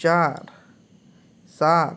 चार सात